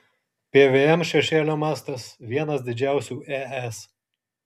pvm šešėlio mastas vienas didžiausių es